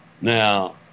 Now